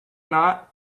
not